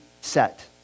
set